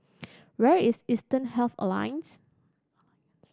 where is Eastern Health Alliance